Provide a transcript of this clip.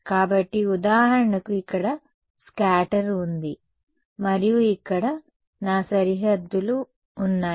కాబట్టి ఉదాహరణకు ఇక్కడ స్కాటర్ ఉంది మరియు ఇక్కడ నా సరిహద్దులు ఉన్నాయి